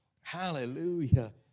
Hallelujah